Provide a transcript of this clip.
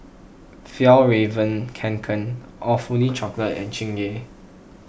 Fjallraven Kanken Awfully Chocolate and Chingay